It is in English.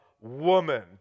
woman